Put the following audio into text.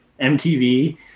MTV